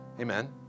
Amen